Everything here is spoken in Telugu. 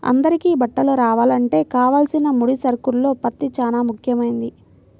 అందరికీ బట్టలు రావాలంటే కావలసిన ముడి సరుకుల్లో పత్తి చానా ముఖ్యమైంది